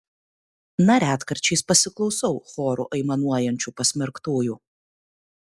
na retkarčiais pasiklausau choru aimanuojančių pasmerktųjų